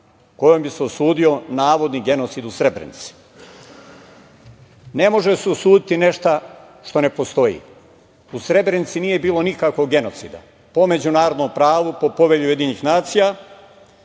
kojom bi se osudio navodni genocid u Srebrenici. Ne može se osuditi nešto što ne postoji. U Srebrenici nije bilo nikakvog genocida. Po međunarodnom pravu, po Povelji UN, genocid